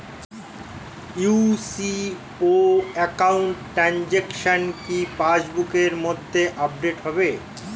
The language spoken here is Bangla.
ইউ.সি.ও একাউন্ট ট্রানজেকশন কি পাস বুকের মধ্যে আপডেট হবে?